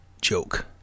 joke